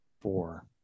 Four